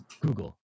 Google